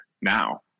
now